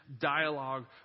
dialogue